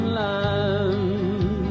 land